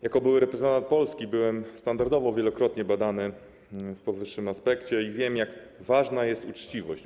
Jako były reprezentant Polski byłem standardowo wielokrotnie badany w powyższym aspekcie i wiem, jak ważna jest uczciwość.